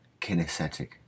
kinesthetic